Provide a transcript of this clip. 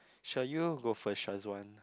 shall you go first Shazwan